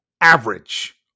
average